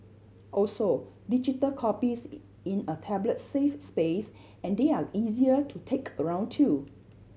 also digital copies in in a tablet save space and they are easier to take around too